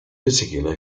particular